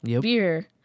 beer